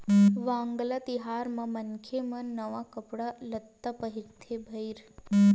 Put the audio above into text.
वांगला तिहार म मनखे मन नवा कपड़ा लत्ता पहिरथे भईर